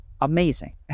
amazing